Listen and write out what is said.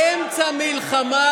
באמצע מלחמה,